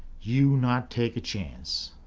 you not take a chance.